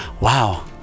wow